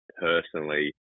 personally